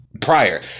prior